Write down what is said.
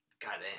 Goddamn